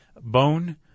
bone